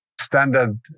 standard